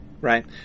Right